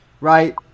Right